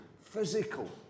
physical